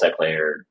multiplayer